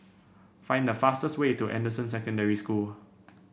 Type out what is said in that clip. find the fastest way to Anderson Secondary School